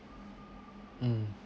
mm